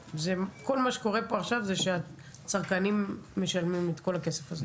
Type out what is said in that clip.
כל מה שקורה פה עכשיו זה שהצרכנים משלמים את כל הכסף הזה.